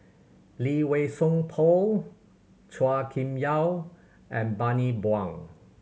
Lee Wei Song Paul Chua Kim Yeow and Bani Buang